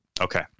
Okay